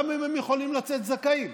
גם אם הם יכולים לצאת זכאים.